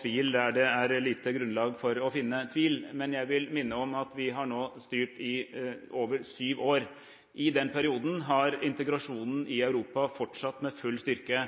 tvil der det er lite grunnlag for å finne tvil, men jeg vil minne om at vi nå har styrt i over syv år. I den perioden har integrasjonen i Europa fortsatt med full styrke.